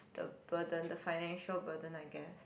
the burden the financial burden I guess